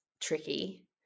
tricky